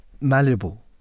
malleable